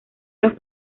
los